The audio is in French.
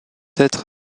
être